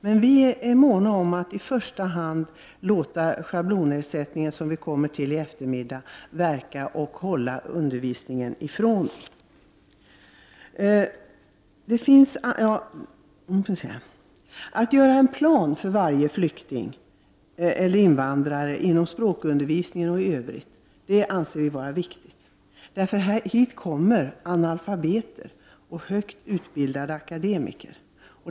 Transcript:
Men vi är måna om att hålla medel för undervisningen isär från den schablonersättning för flyktingmottagande som vi kommer att behandla i debatten i eftermiddag. Vi anser att det är viktigt att man gör en plan inom språkundervisningen och i övrigt för varje invandrare och flykting. Hit kommer analfabeter och högt utbildade akademiker.